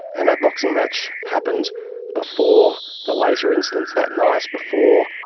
and that boxing match happened before the later incident that night, before,